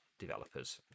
developers